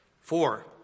Four